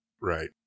Right